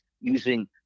using